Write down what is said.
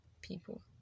people